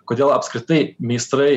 kodėl apskritai meistrai